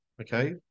okay